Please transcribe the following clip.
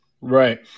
right